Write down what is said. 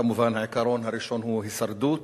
כמובן העיקרון הראשון הוא הישרדות.